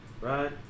right